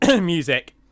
music